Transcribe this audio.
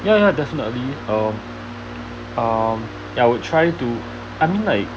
ya ya definitely um um ya would try to I mean like